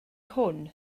hwn